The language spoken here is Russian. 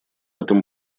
этом